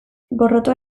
gorrotoa